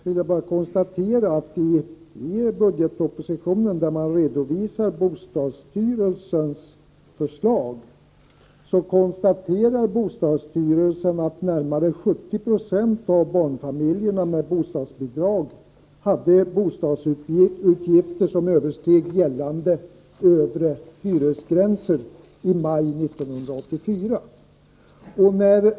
I budgetpropositionen redovisas förslaget från bostadsstyrelsen, som konstaterar att närmare 70 20 av barnfamiljerna med bostadsbidrag hade bostadsutgifter som översteg den gällande övre hyresgränsen i maj 1984.